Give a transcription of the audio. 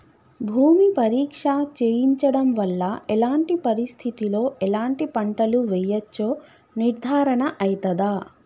భూమి పరీక్ష చేయించడం వల్ల ఎలాంటి పరిస్థితిలో ఎలాంటి పంటలు వేయచ్చో నిర్ధారణ అయితదా?